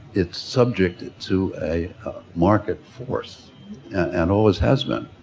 it's subject to a market force and always has been.